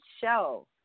show